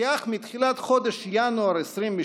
כך יצוין כי אך מתחילת חודש ינואר 2022